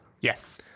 yes